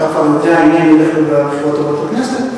אתה כבר יודע עם מי אני הולך בבחירות הבאות לכנסת?